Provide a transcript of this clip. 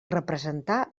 representar